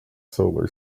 solar